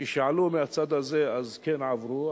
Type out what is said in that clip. כשעלו מהצד הזה אז הן כן עברו,